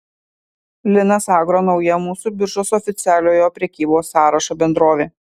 linas agro nauja mūsų biržos oficialiojo prekybos sąrašo bendrovė